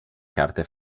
carte